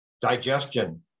digestion